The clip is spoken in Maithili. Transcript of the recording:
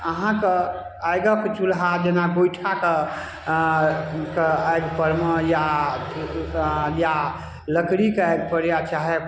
अहाँके आगिक चूल्हा जेना गोइठाके आ आगिपर मे या या लकड़ीके आगिपर या चाहे